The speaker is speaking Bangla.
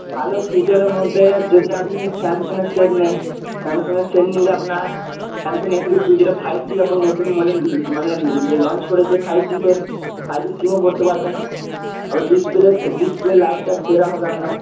ভালো ফিচারের মধ্যে যদি আপনি স্যামসংয়ের সেট নেন স্যামসংয়ের সেট নিলে আপনার স্যামসং টু ফাইভ জি এখন নতুন মডেল মানে লিয়ে লঞ্চ করেছে ফাইভ জিতে ফাইভ জি সিমও ভরতে পারবেন তবে ডিসপ্লে ডিসপ্লে লাইটটা সেরা হবে আপনার